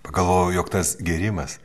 pagalvojau jog tas gėrimas